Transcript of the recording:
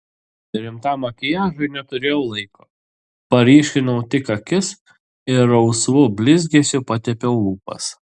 rimtam makiažui neturėjau laiko paryškinau tik akis ir rausvu blizgesiu patepiau lūpas